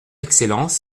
excellence